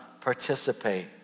participate